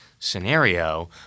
scenario